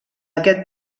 aquest